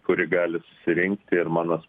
kuri gali susirinkti ir mano